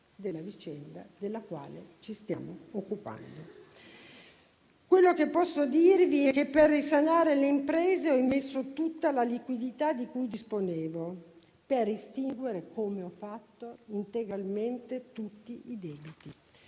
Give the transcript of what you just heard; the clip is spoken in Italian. nella vicenda della quale ci stiamo occupando. Quello che posso dirvi è che, per risanare le imprese, ho immesso tutta la liquidità di cui disponevo, per estinguere - come ho fatto - integralmente tutti i debiti,